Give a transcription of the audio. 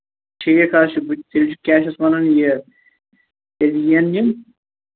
ٹھیٖک حظ چھُ بہٕ تہِ کیٛاہ چھُس وَنُن یہِ تیٚلہِ یِنۍ یِم